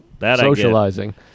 socializing